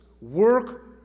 work